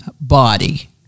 body